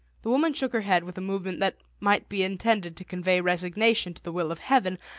the woman shook her head with a movement that might be intended to convey resignation to the will of heaven,